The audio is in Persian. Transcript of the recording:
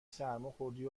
سرماخوردی